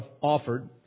offered